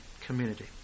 community